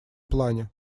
плане